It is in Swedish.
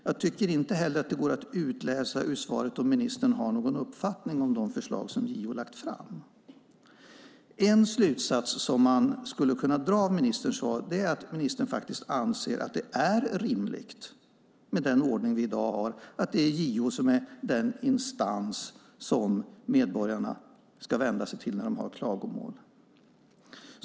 Jag tycker inte heller att det går att utläsa ur svaret om ministern har någon uppfattning om de förslag som JO har lagt fram. En slutsats som man skulle kunna dra av ministerns svar är att ministern faktiskt anser att det är rimligt med den ordning vi i dag har, nämligen att det är JO som är den instans som medborgarna ska vända sig till när de har klagomål.